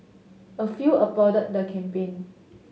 a few applaud the campaign